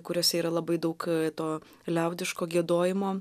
kuriose yra labai daug to liaudiško giedojimo